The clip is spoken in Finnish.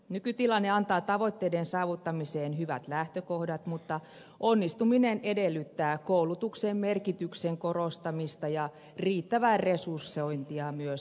nykytilanne antaa tavoitteiden saavuttamiseen hyvät lähtökohdat mutta onnistuminen edellyttää koulutuksen merkityksen korostamista ja riittävää resursointia myös jatkossa